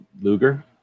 Luger